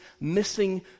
missing